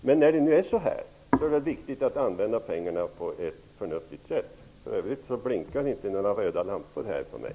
Men när det nu är så, är det viktigt att använda pengarna på ett förnuftigt sätt.